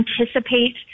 anticipate